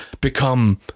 become